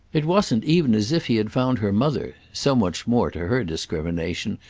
it wasn't even as if he had found her mother so much more, to her discrimination,